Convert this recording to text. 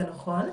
זה נכון,